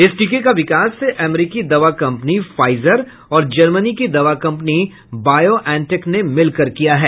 इस टीके का विकास अमरीकी दवा कंपनी फाइजर और जर्मनी की दवा कंपनी बायोएनटेक ने मिलकर किया है